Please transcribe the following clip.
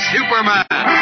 Superman